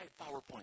PowerPoint